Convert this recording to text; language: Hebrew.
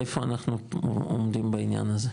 איפה אנחנו עומדים בעניין הזה.